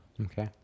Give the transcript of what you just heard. okay